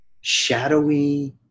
shadowy